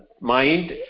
mind